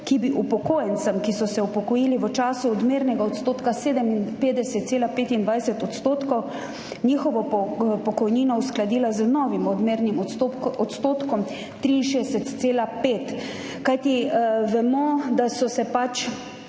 ki so se upokojili v času odmernega odstotka 57,25 %, njihovo pokojnino uskladila z novim odmernim odstotkom, 63,5 %? Kajti vemo, da so se